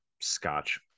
Scotch